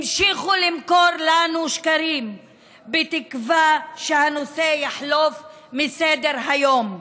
המשיכו למכור לנו שקרים בתקווה שהנושא יחלוף מסדר-היום.